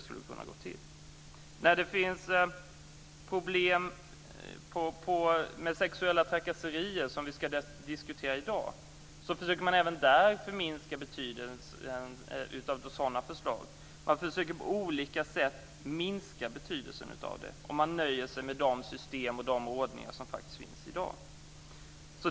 Även när det finns problem med sexuella trakasserier, som vi skall diskutera i dag, försöker man på olika sätt förminska betydelsen av förslag. Man nöjer sig med de system och ordningar som finns i dag.